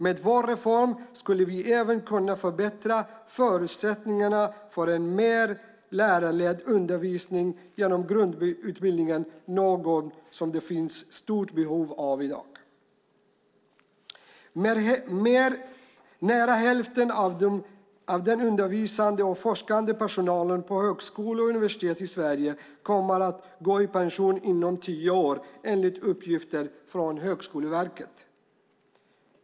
Med vår reform skulle vi även kunna förbättra förutsättningarna för en mer lärarledd undervisning inom grundutbildningen, något som det finns stort behov av i dag. Nära hälften av den undervisande och forskande personalen på högskolor och universitet i Sverige kommer att gå i pension inom tio år enligt uppgifter från Högskoleverket.